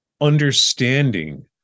understanding